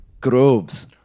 groves